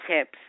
tips